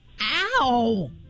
Ow